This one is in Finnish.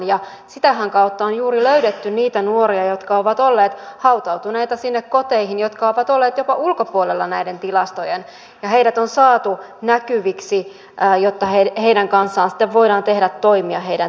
sitähän kautta on juuri löydetty niitä nuoria jotka ovat olleet hautautuneina sinne koteihin ja jotka ovat olleet jopa ulkopuolella näiden tilastojen ja heidät on saatu näkyviksi jotta heidän kanssaan sitten voidaan tehdä toimia työllistymisen hyväksi